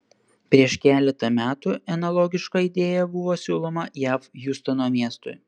prieš keletą metų analogiška idėja buvo siūloma jav hjustono miestui